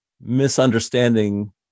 misunderstanding